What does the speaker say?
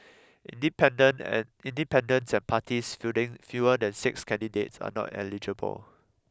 independent and independents has parties fielding fewer than six candidates are not eligible